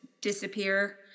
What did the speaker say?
disappear